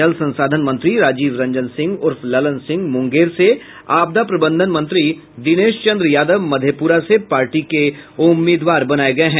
जल संसाधन मंत्री राजीव रंजन सिंह उर्फ ललन सिंह मुंगेर से आपदा प्रबंधन मंत्री दिनेश चन्द्र यादव मधेप्ररा से पार्टी के उम्मीदवार बनाये गये हैं